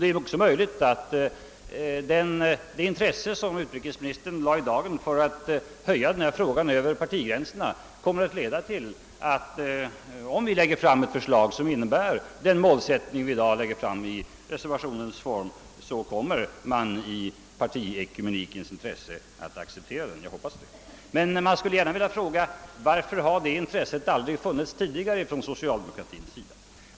Det är ju dessutom möjligt att det intresse som utrikesministern i sitt senaste inlägg lade i dagen för att höja denna fråga över partigränserna kommer att få till följd, att han, om vi lägger fram ett förslag med den målsättning som vi i dag föreslår i reservationen, i partiekumenikens intresse kommer att acceptera det. Jag hoppas det. Men jag skulle gärna vilja fråga: På vilket sätt har socialdemokraterna tidi gare visat något intresse för att höja denna fråga över partikäbblet?